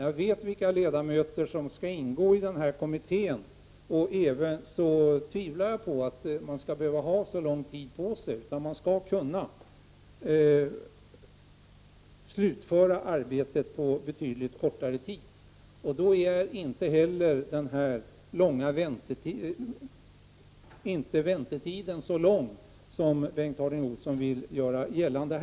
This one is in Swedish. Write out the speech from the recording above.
Jag vet vilka ledamöter som skall ingå i den här kommittén, och jag tvivlar på att man skall behöva ta så lång tid på sig. Man skall kunna slutföra arbetet på betydligt kortare tid. Då blir inte heller väntetiden så lång som Bengt Harding Olson här vill göra gällande.